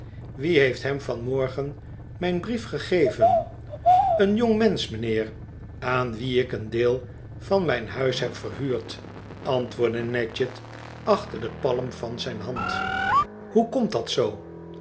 wie heeft hem vanmorgen mijn brief gegeven een jongmensch mijnheer aan wien ik een deel van mijn huis heb verhuurd antwoordde nadgett achter de palm van zijn hand hoe komt dat zoo